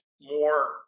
more